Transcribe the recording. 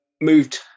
moved